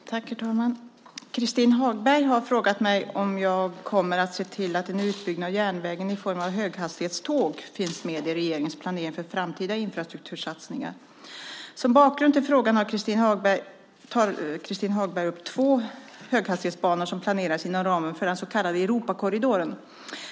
Herr talman! Christin Hagberg har frågat mig om jag kommer att se till att en utbyggnad av järnvägen i form av höghastighetståg finns med i regeringens planering för framtida infrastruktursatsningar. Som bakgrund till frågan tar Christin Hagberg upp två höghastighetsbanor som planeras inom ramen för den så kallade Europakorridoren.